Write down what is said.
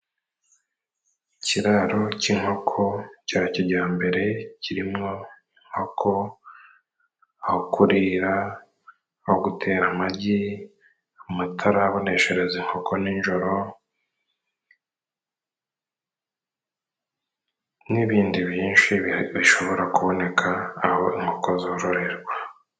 Ikiraro cy'inkoko cya kijyambere kirimo inkoko, aho kurira, aho gutera amagi, amatara aboneshereza inkoko nijoro, n'ibindi byinshi bishobora kuboneka aho inkoko zororerwa.